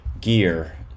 gear